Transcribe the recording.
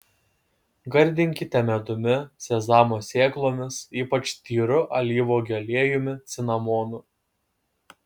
gardinkite medumi sezamo sėklomis ypač tyru alyvuogių aliejumi cinamonu